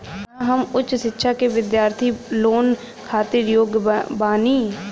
का हम उच्च शिक्षा के बिद्यार्थी लोन खातिर योग्य बानी?